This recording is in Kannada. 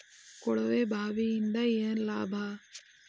ಕೊಳವೆ ಬಾವಿಯಿಂದ ಏನ್ ಲಾಭಾ?